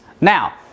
Now